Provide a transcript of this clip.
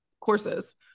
courses